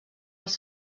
els